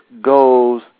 goes